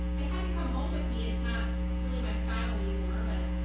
it had to come home with me it's not really my style anymore, but